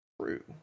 true